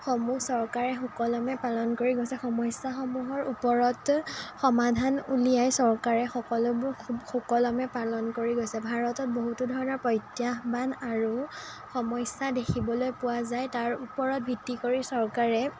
সমূহ চৰকাৰে সুকলমে পালন কৰি গৈছে সমস্যাসমূহৰ ওপৰত সমাধান উলিয়াই চৰকাৰে সকলোবোৰ সুকলমে পালন কৰি গৈছে ভাৰতত বহুতো ধৰণৰ প্ৰত্যাহ্বান আৰু সমস্যা দেখিবলৈ পোৱা যায় তাৰ ওপৰত ভিত্তি কৰি চৰকাৰে